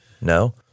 No